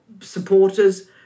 supporters